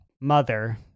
mother